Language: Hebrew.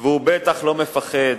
והוא בטח לא מפחד